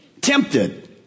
tempted